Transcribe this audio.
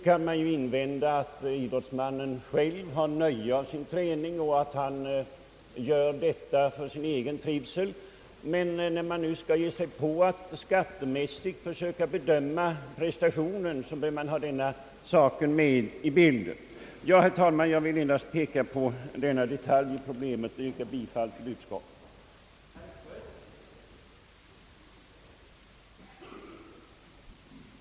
Man kan invända att idrottsmännen själva har nöje av sin träning och att de gör det för sin egen trivsel, men när man nu skall ge sig in på att skattemässigt bedöma prestationen måste man ha denna sak med i bilden. Herr talman! Jag vill endast peka på denna detalj av problemet och yrkar bifall till utskottets hemställan.